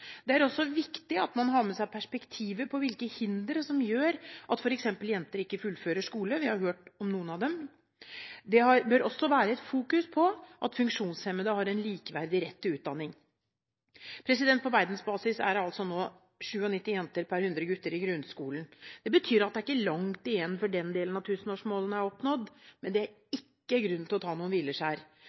Det er også viktig at man har med seg perspektiver på hvilke hindre som gjør at f.eks. jenter ikke fullfører skole – vi har hørt om noen av dem. Det bør også fokuseres på at funksjonshemmede har en likeverdig rett til utdanning. På verdensbasis er det nå 97 jenter per 100 gutter i grunnskolen. Det betyr at det er ikke langt igjen før den delen av tusenårsmålene er oppnådd, men det er ingen grunn til å ta hvileskjær.